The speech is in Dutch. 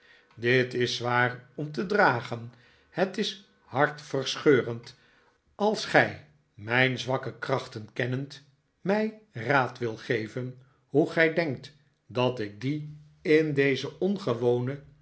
dit is zwaar cm te dragen het is hartverscheurend als gij mijn zwakke krachten kennend mij raad wilt geven hoe gij denkt dat ik die in deze ongewone